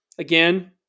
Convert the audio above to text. again